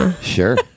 Sure